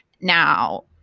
Now